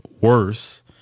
worse